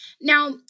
Now